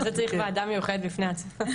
אבל זה צריך ועדה מיוחדת בפני עצמה.